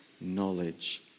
knowledge